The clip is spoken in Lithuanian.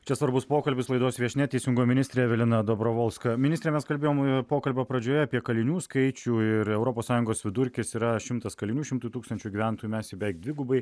čia svarbus pokalbis laidos viešnia teisingumo ministrė evelina dobrovolska ministre mes kalbėjom pokalbio pradžioje apie kalinių skaičių ir europos sąjungos vidurkis yra šimtas kalinių šimtui tūkstančių gyventojų mes jį beveik dvigubai